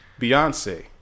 Beyonce